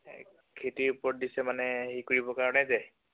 খেতিৰ ওপৰত দিছে মানে হেৰি কৰিবৰ কাৰণে যে